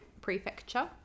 Prefecture